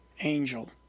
angel